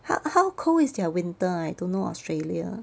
how how cold is their winter ah I don't know australia